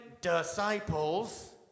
disciples